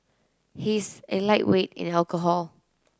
he is a lightweight in alcohol